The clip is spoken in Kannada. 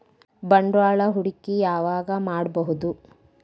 ಬಂಡವಾಳ ಹೂಡಕಿ ಯಾವಾಗ್ ಮಾಡ್ಬಹುದು?